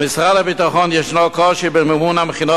למשרד הביטחון יש קושי במימון המכינות